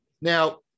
Now